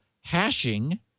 hashing